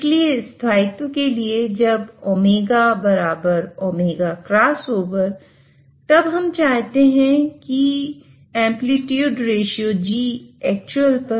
इसलिए स्थायित्व के लिए जब ω ωcross over तब हम चाहते हैं ARG actual 1 हो